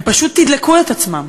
הם פשוט תדלקו את עצמם.